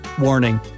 Warning